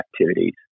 activities